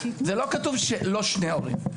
זה לא כתוב שלא שני ההורים.